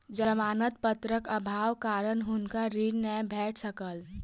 जमानत पत्रक अभावक कारण हुनका ऋण नै भेट सकल